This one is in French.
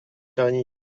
charny